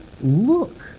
look